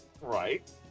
Right